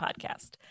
podcast